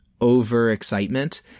over-excitement